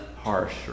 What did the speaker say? harsh